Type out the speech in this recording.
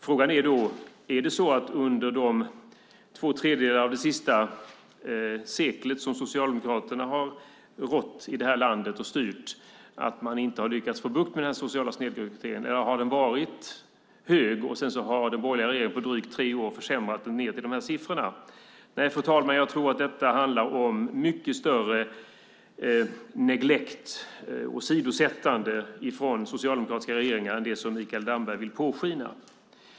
Frågan är om det är så att man under de två tredjedelar av det senaste seklet som Socialdemokraterna har styrt det här landet inte har lyckats få bukt med den sociala snedrekryteringen. Eller har den varit hög, och så har den borgerliga regeringen på drygt tre år försämrat den ned till dessa siffror? Nej, fru talman, jag tror att detta handlar om mycket större försummelse och åsidosättande från socialdemokratiska regeringar än Mikael Damberg vill påskina.